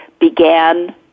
began